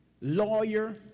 lawyer